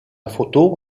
photo